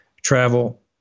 travel